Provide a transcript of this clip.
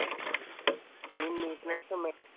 main neatness